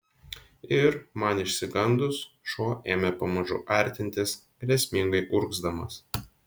ir man išsigandus šuo ėmė pamažu artintis grėsmingai urgzdamas